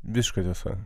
visiška tiesa